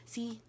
See